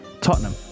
Tottenham